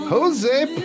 Jose